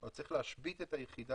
אתה צריך להשבית את היחידה,